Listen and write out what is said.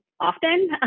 often